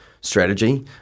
strategy